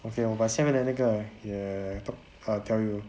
okay 我把下面的那个 ya talk I'll tell you